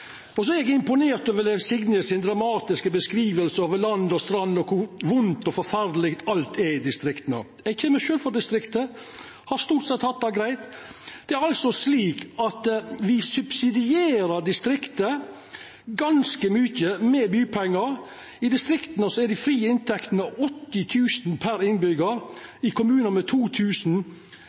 Så er eg imponert over Liv Signe si dramatiske beskriving av land og strand og kor vondt og forferdeleg alt er i distrikta. Eg kjem sjølv frå distriktet og har stort sett hatt det greitt. Det er slik at me subsidierer distrikta ganske mykje med bypengar. I distrikta, i kommunar med 2 000 innbyggjarar, er dei frie inntektene 80 000 kr per innbyggjar. I